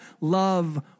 Love